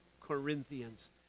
Corinthians